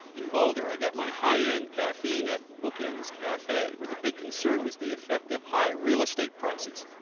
in boulder, i got my high-end caffeine at bookends cafe, where the big concern was the effect of high real estate prices.